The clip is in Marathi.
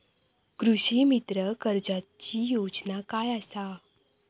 कृषीमित्र कर्जाची योजना काय असा?